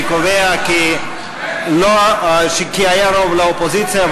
אני קובע כי היה רוב לאופוזיציה,